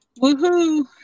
Woohoo